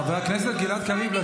חבר הכנסת גלעד קריב, לשבת.